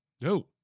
No